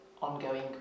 ongoing